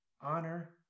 honor